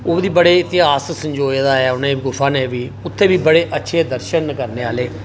ओहदा बी बड़ा इतिहास संजोऐ दा ऐ उ'नें गुफा ने बी बड़े अच्छे दर्शन करने आह्ले